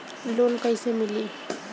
Loan कइसे मिली?